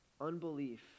unbelief